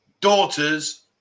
daughter's